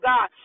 God